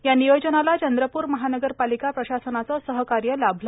या नियोजनाला चंद्रपुर महानगरपालिका प्रशासनाचे सहकार्य लाभले